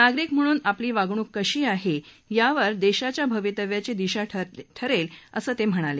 नागरिक म्हणून आपली वागणूक कशी आहे यावरच देशाच्या भवितव्याची दिशा ठरेल असं ते म्हणाले